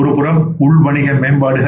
ஒருபுறம் உள் வணிக மேம்பாடுகள்